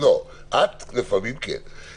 לא נוכל להיכנס לרזולוציה אחרת בעניין.